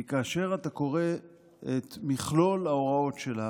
כי כאשר אתה קורא את מכלול ההוראות שלה,